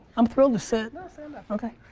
i'm thrilled to sit. no, stand up. okay.